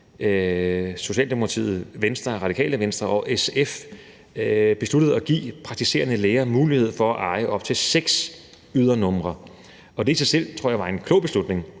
Socialdemokratiet, Venstre, Radikale Venstre og SF – besluttede at give praktiserende læger mulighed for at eje op til 6 ydernumre. Og det tror jeg i sig selv var en klog beslutning.